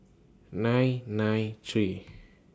nine nine three